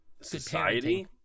society